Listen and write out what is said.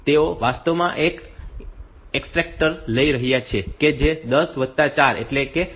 તેઓ વાસ્તવમાં તે એક્સટ્રેક્ટર લઈ રહ્યા છે જે 10 વત્તા 4 એટલે કે14 ચક્ર છે